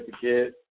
certificate